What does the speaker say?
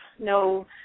no